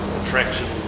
attraction